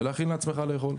ולהכין לעצמך לאכול.